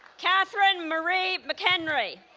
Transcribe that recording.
kathryn marie mchenry